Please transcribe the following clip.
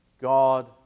God